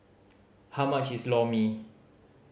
how much is Lor Mee